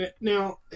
Now